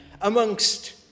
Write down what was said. amongst